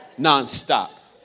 non-stop